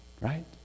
Right